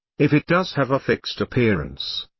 if it does have a fixed appearance,